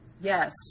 yes